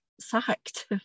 sacked